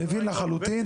מבין לחלוטין.